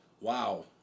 Wow